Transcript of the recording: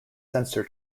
sensor